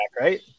right